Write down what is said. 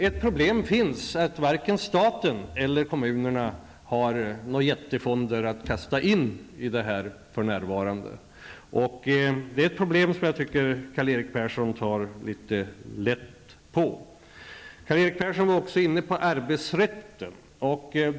Ett problem är att varken stat eller kommun har några stora fonder att sätta in för närvarande. Det är ett problem som jag tycker att Karl-Erik Persson tar litet för lätt på. Karl-Erik Persson var också inne på arbetsrätten.